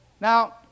Now